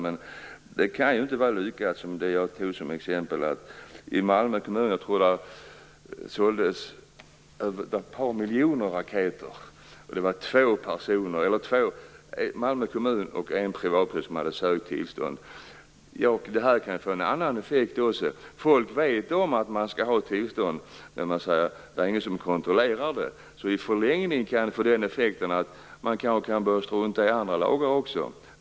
Men det kan ju inte vara lyckat att det som i det exempel som jag tog, Malmö kommun, såldes ett par miljoner raketer. Malmö kommun och en privatperson hade sökt tillstånd. Detta kan också få en annan effekt. Människor vet om att man måste ha tillstånd, men ingen kontrollerar det. I förlängningen kan det få den effekten att man börjar strunta i andra lagar också.